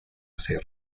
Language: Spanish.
ser